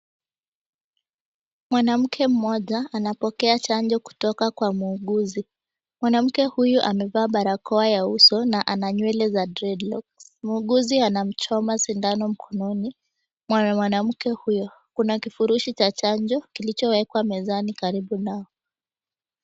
Mwanamke mmoja, anapokea chanjo kutoka kwa muuguzi. Mwanamke huyu amevaa barakoa ya uso na ana nywele za dreadlocks . Muuguzi anamchoma sindano mkononi. Mwana mwanamke huyo, kuna kifurushi cha chanjo, kilichowekwa mezani karibu nao.